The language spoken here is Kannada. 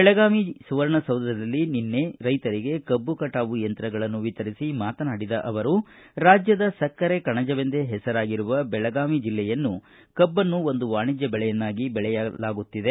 ಬೆಳಗಾವಿ ಸುವರ್ಣ ವಿಧಾನಸೌಧದಲ್ಲಿ ನಿನ್ನೆ ರೈತರಿಗೆ ಕಬ್ಬು ಕಟಾವು ಯಂತ್ರಗಳನ್ನು ವಿತರಿಸಿ ಮಾತನಾಡಿದ ಅವರು ರಾಜ್ಯದ ಸಕ್ಕರೆ ಕಣಜವೆಂದೇ ಹೆಸರಾಗಿರುವ ಬೆಳಗಾವಿ ಬೆಲ್ಲೆಯಲ್ಲಿ ಕಬ್ಬನ್ನು ಒಂದು ವಾಣಿಜ್ಯ ಬೆಳೆಯನ್ನಾಗಿ ಬೆಳೆಯಲಾಗುತ್ತಿದೆ